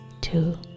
two